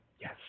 Yes